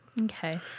Okay